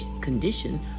condition